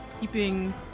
keeping